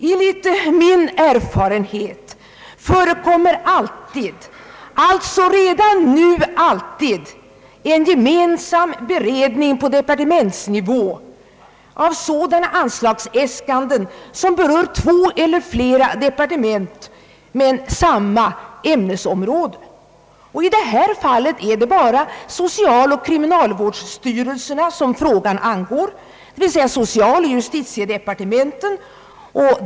Enligt min erfarenhet förekommer alltid en gemensam beredning på departementsnivå av sådana anslagsäskanden som berör två eller flera departement men faller inom samma ämnesområde. I detta fall angår frågan bara socialstyrelsen och kriminalvårdsstyrelsen och handläggs således av socialoch justitiedepartementen.